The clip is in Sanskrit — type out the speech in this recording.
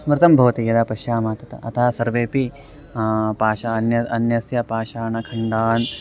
स्मृतं भवति यदा पश्यामः तत् अतः सर्वेपि पाषा अन्य अन्यस्य पाषाणखण्डान्